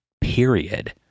period